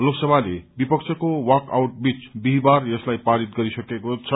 लोकसभाले विपक्षको वाक आउटबीच बिहीकार यसलाई पारित गरिसकेको छ